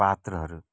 पात्रहरू